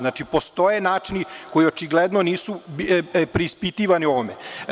Znači, postoje načini koji očigledno nisu preispitivani u ovome.